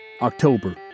October